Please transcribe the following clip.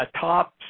top